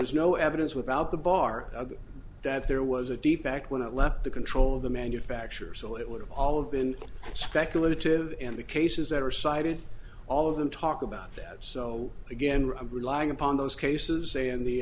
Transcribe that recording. is no evidence without the bar that there was a deep back when it left the control of the manufacturer so it would all of been speculative and the cases that are cited all of them talk about that so again we're relying upon those cases in the